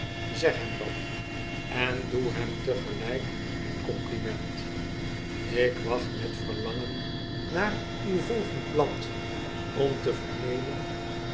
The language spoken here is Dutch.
zeg hem dat en doe hem tegelflk mjjn compliment ik wacht met verlangen naar uw volgend blad om te vernemen